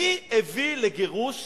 מי הביא לגירוש